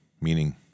meaning